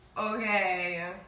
Okay